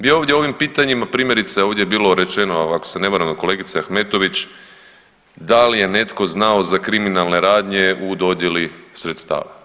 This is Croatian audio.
Mi ovdje ovim pitanjima, primjerice ovdje je bilo rečeno ako se ne varam od kolegice Ahmetović, da li je netko znao za kriminalne radnje u dodjeli sredstava.